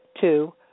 Two